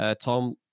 Tom